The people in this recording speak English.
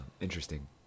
Interesting